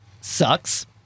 sucks